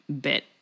bit